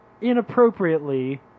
inappropriately